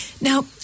Now